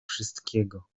wszystkiego